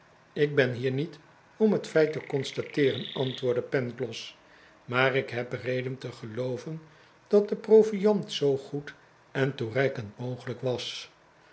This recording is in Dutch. ik ben hier niet om het feit te constateer en antwoordde pangloss maar ik heb reden te gelooven dat de proviand zoo goed en toereikend mogelijk was